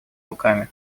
руками